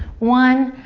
one.